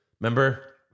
Remember